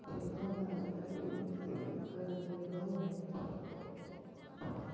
बैंकवा मे Aadhaar card link करवैलहो है?